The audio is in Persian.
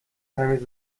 تمیز